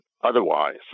otherwise